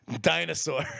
dinosaur